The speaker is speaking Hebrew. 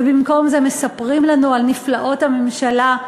ובמקום זה מספרים לנו על נפלאות הממשלה,